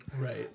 Right